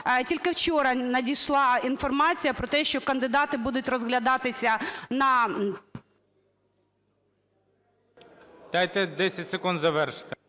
тільки вчора надійшла інформація про те, що кандидати будуть розглядатися на… ГОЛОВУЮЧИЙ. Дайте 10 секунд завершити.